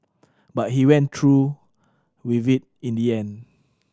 but he went through with it in the end